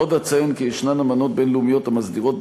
עוד אציין כי יש אמנות בין-לאומיות המסדירות,